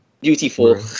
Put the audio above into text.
Beautiful